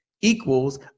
equals